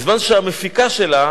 בזמן שהמפיקה שלה,